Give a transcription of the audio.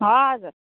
हजुर